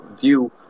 view